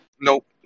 Nope